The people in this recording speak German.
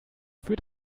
für